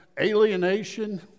alienation